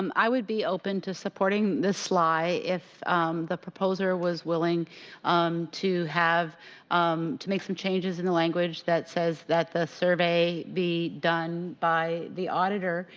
um i would be open to supporting this slide, if the proposer was willing um to have um to make some changes in the language that says that the survey be done by the auditor,